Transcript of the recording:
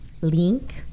Link